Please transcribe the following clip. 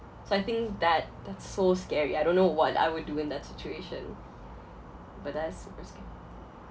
so I think that that's so scary I don't know what I would do in that situation but that's super scary